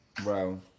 Bro